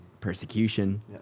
persecution